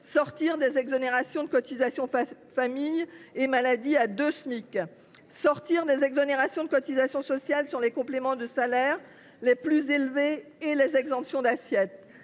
Fin des exonérations de cotisations famille et maladie à deux Smic, fin des exonérations de cotisations sociales sur les compléments de salaires les plus élevés et des exemptions d’assiette,